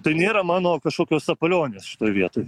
tai nėra mano kažkokios sapalionės šitoj vietoj